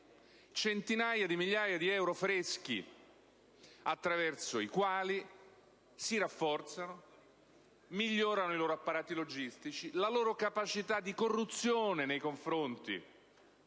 centinaia di migliaia di euro freschi attraverso i quali si rafforzano, migliorano i loro apparati logistici, la loro capacità di corruzione nei confronti